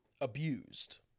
abused